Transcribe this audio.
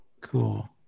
Cool